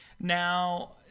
Now